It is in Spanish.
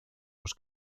los